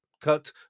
Cut